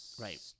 right